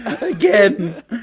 Again